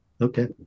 Okay